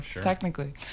technically